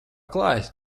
klājas